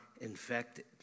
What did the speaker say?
infected